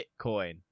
Bitcoin